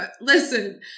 Listen